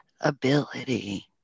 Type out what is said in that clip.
ability